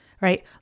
right